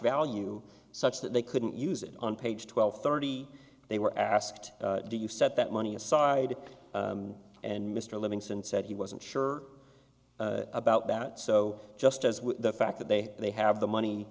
value such that they couldn't use it on page twelve thirty they were asked do you set that money aside and mr livingston said he wasn't sure about that so just as with the fact that they they have the money